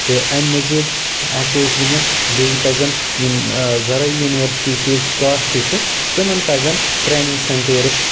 تہٕ امہِ مٔزیٖد ہٮ۪کو أسۍ ؤنِتھ بیٚیہِ پزن یِم زرٲیی یونورسٹی چھِ یتہِ سکاسٹہِ چھِ تِمن پزن ٹرینٛگ سیٚنٹٲرٕس